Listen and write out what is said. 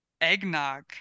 eggnog